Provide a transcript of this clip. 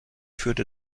führte